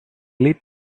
lit